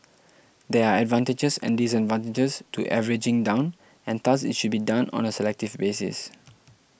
there are advantages and disadvantages to averaging down and thus it should be done on a selective basis